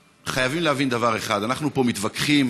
חייבים להבין דבר אחד: אנחנו פה מתווכחים